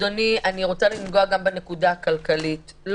מישהו שיגיד לנו מה ההיתכנות הכלכלית של